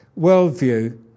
worldview